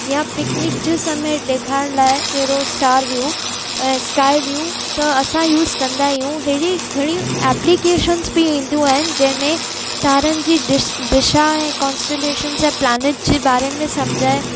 या पिकनिक जे समय ॾेखारण लाइ अहिड़ो स्टार व्यू स्काए व्यू त असां यूस कंदा आहियूं अहिड़ी घणियूं एप्लीकेशन्स बि ईंदियूं आहिनि जंहिंमें तारनि जी ॾि दिशा ऐं कॉन्स्टोलेशन आहे ऐं प्लानेट जे बारे में सम्झाए